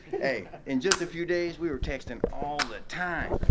hey, in just a few days, we were texting all the time.